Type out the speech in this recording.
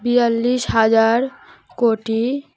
বিয়াল্লিশ হাজার কোটি